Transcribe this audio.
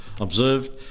observed